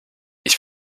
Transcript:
ich